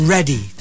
Ready